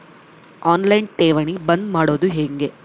On line ಠೇವಣಿ ಬಂದ್ ಮಾಡೋದು ಹೆಂಗೆ?